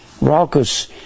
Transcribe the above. Raucous